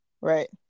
right